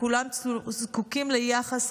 וכולם זקוקים ליחס,